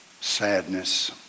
sadness